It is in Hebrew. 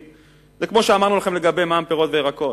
וזה כמו שאמרנו לכם לגבי המע"מ על פירות וירקות.